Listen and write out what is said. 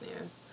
news